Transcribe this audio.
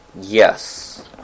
Yes